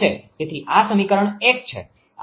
તેથી આ સમીકરણ છે